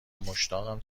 مشتاقم